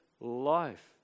life